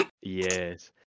yes